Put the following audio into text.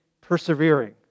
persevering